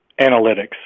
analytics